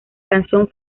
canción